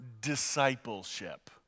discipleship